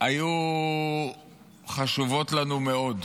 היו חשובות לנו מאוד.